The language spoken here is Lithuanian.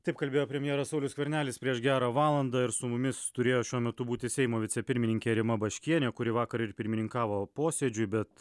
taip kalbėjo premjeras saulius skvernelis prieš gerą valandą ir su mumis turėjo šiuo metu būti seimo vicepirmininkė rima baškienė kuri vakar ir pirmininkavo posėdžiui bet